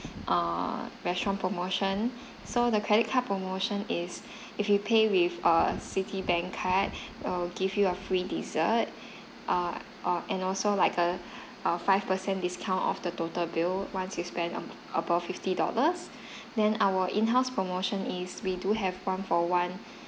err restaurant promotion so the credit card promotion is if you pay with err citibank card we'll give you a free dessert err or and also like err a five percent discount off the total bill once you spent ab~ above fifty dollars then our inhouse promotion is we do have one for one